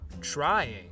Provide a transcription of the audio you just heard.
trying